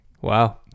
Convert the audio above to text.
Wow